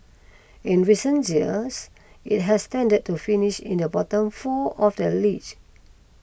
in recent years it has tended to finish in the bottom four of the league